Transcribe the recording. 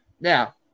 Now